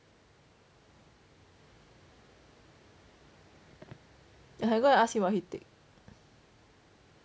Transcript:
I can go and ask him what he take